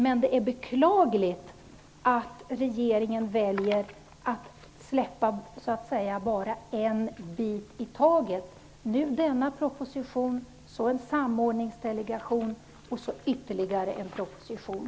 Men det är beklagligt att regeringen väljer att bara släppa fram en bit i taget. Först kommer denna proposition, därefter följer en samordningsdelegation och så ytterligare en proposition.